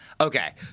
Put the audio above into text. Okay